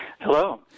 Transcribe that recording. Hello